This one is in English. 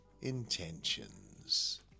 Intentions